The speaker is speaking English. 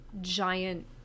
giant